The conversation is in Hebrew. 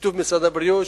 בשיתוף משרד הבריאות,